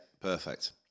perfect